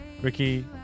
Ricky